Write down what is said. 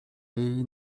jej